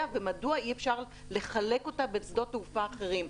ומדוע אי אפשר לחלק אותה בין שדות תעופה אחרים.